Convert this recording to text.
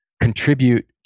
contribute